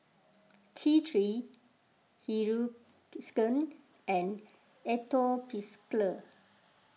T three Hiruscar and Atopiclair